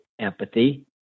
empathy